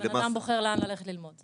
הבן אדם בוחר לאן ללכת ללמוד.